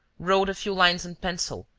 wrote a few lines in pencil,